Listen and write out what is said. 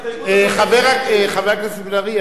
חבר הכנסת בן-ארי,